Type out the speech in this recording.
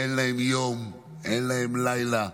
אין להן יום, אין להן לילה,